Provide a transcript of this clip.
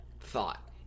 thought